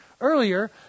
earlier